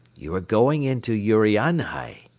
you are going into urianhai.